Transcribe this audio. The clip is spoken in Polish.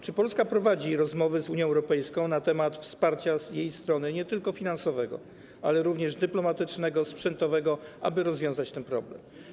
Czy Polska prowadzi rozmowy z Unią Europejską na temat wsparcia z jej strony nie tylko finansowego, ale również dyplomatycznego, sprzętowego, aby rozwiązać ten problem?